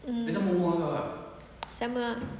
mm sama ah